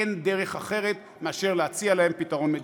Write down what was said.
אין דרך אחרת מאשר להציע להם פתרון מדיני.